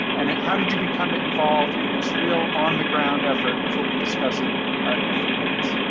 and how did you become involved in this real on the ground effort, which we'll be discussing ah in a few minutes.